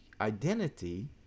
identity